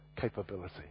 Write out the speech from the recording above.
capability